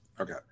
Okay